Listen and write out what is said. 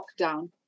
lockdown